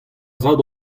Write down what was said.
zad